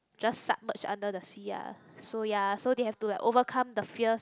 just submerge under the sea ah so ya so they have like to overcome the fears